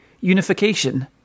Unification